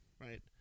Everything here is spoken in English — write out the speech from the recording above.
right